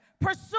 Pursue